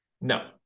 No